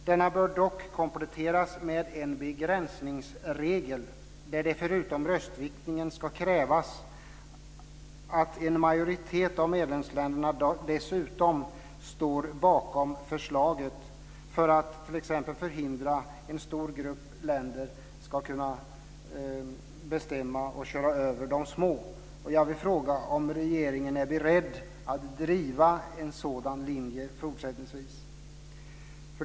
Denna bör dock kompletteras med en begränsningsregel där det förutom röstviktning ska krävas att en majoritet av medlemsländerna står bakom förslaget för att t.ex. förhindra att en grupp stora länder ska kunna köra över små länder. Jag vill fråga om regeringen är beredd att driva en sådan linje fortsättningsvis.